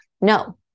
no